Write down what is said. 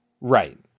Right